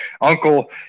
Uncle